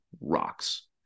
rocks